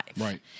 Right